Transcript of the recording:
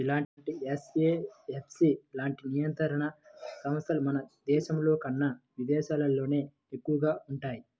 ఇలాంటి ఎఫ్ఏఎస్బి లాంటి నియంత్రణ సంస్థలు మన దేశంలోకన్నా విదేశాల్లోనే ఎక్కువగా వుంటయ్యి